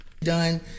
done